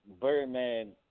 Birdman